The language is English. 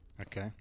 okay